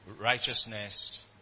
righteousness